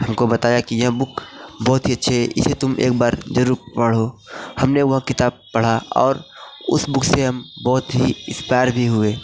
हमको बताया कि यह बुक बहुत ही अच्छे इसे तुम एक बार ज़रूर पढ़ो हमने वह किताब पढ़ा और उस बुक से हम बहुत ही इस्पायर भी हुए